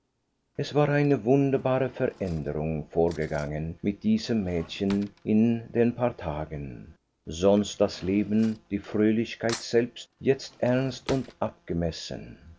es war eine wunderbare veränderung vorgegangen mit diesem mädchen in den paar tagen sonst das leben die fröhlichkeit selbst jetzt ernst und abgemessen